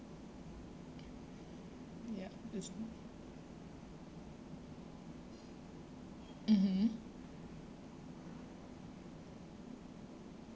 yup that's good mmhmm